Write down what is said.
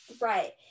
right